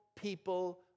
people